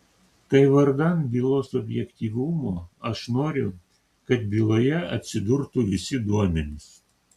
tai vardan bylos objektyvumo aš noriu kad byloje atsidurtų visi duomenys